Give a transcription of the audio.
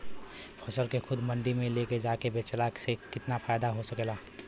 फसल के खुद मंडी में ले जाके बेचला से कितना फायदा हो सकेला?